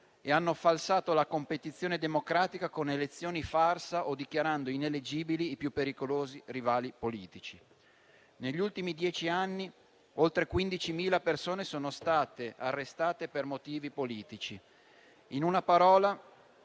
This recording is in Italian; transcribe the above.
e hanno falsato la competizione democratica con elezioni farsa o dichiarando ineleggibili i più pericolosi rivali politici. Negli ultimi dieci anni oltre 15.000 persone sono state arrestate per motivi politici. In poche parole,